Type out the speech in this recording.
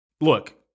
look